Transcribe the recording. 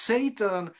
Satan